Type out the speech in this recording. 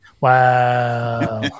Wow